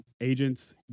Agents